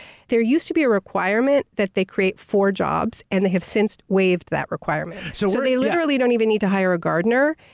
there used to be a requirement that they create four jobs, and they have since waived that requirement. so they literally don't even need to hire a gardener,